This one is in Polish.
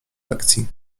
lekcji